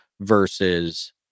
versus